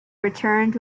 returned